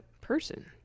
person